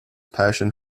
passion